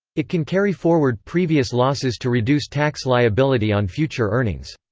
it can carry forward previous losses to reduce tax liability on future earnings.